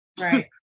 Right